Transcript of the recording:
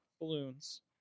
Balloons